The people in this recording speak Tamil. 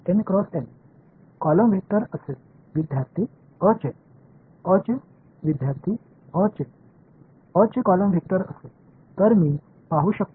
மாணவர்N cross N நெடுவரிசை வெக்டர் ஆக இருக்கும் மாணவர்as a இன் நெடுவரிசை வெக்டர் ஆக இருக்கும்